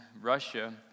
Russia